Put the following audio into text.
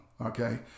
okay